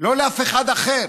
לא לאף אחד אחר.